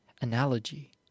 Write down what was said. analogy